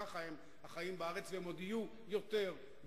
ככה הם החיים בארץ, וזה יהיה עוד יותר בעתיד.